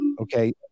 okay